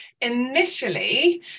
Initially